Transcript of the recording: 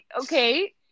okay